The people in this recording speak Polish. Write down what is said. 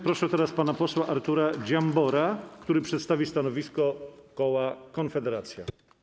Proszę teraz pana posła Artura Dziambora, który przedstawi stanowisko koła Konfederacja.